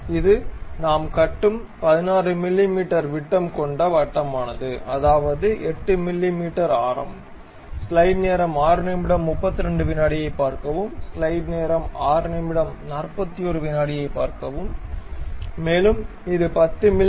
இது நாம் கட்டும் 16 மிமீ விட்டம் கொண்ட வட்டமானது அதாவது 8 மிமீ ஆரம் மேலும் இது 10 மி